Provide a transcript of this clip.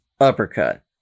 Uppercut